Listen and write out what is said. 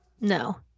No